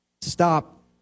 stop